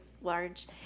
large